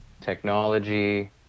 technology